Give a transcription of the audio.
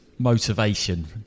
motivation